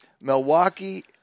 Milwaukee